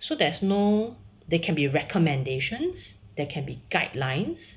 so there's no there can be recommendations there can be guidelines